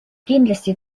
kindlasti